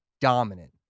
dominant